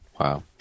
Wow